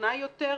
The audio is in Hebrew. המתונה יותר,